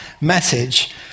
message